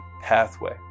pathway